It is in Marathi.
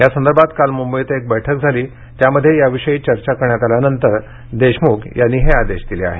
यासंदर्भात काल मुंबईत एक बैठक झाली त्यामध्ये याविषयी चर्चा करण्यात आल्यानंतर देशमुख यांनी हे आदेश दिले आहेत